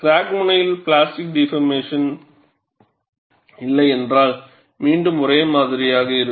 crack முனையில் plastic deformation இல்லை என்றால் மீண்டும் ஒரே மாதிரியாக இருக்கும்